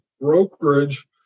brokerage